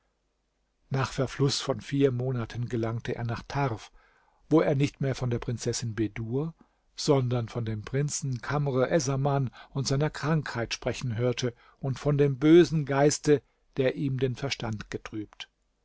nach verfluß von vier monaten gelangte er nach tarf wo er nicht mehr von der prinzessin bedur sondern von dem prinzen kamr essaman und seiner krankheit sprechen hörte und von dem bösen geiste der ihm den verstand getrübt